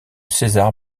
césar